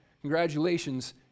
congratulations